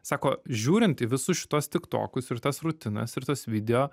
sako žiūrint į visus šituos tiktokus ir tas rutinas ir tas video